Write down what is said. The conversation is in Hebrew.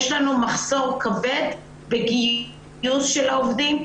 יש לנו מחסור כבד בגיוס של העובדים.